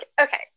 okay